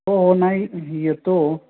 हो हो नाही येतो